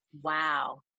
Wow